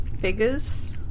figures